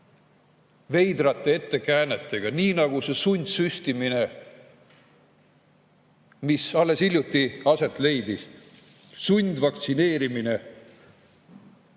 veidrate ettekäänetega, nii nagu see sundsüstimine, mis alles hiljuti aset leidis, sundvaktsineerimine,